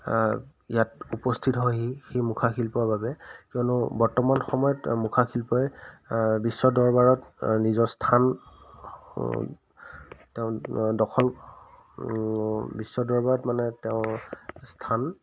ইয়াত উপস্থিত হয়হি সেই মুখাশিল্পৰ বাবে কিয়নো বৰ্তমান সময়ত মুখাশিল্পই বিশ্ব দৰবাৰত নিজৰ স্থান তেওঁ দখল বিশ্ব দৰবাৰত মানে তেওঁ স্থান